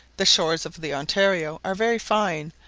the shores of the ontario are very fine,